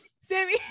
Sammy